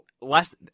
less